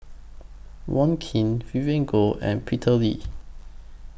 Wong Keen Vivien Goh and Peter Lee